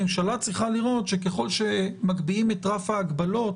הממשלה צריכה לראות שככל שמגביהים את רף ההגבלות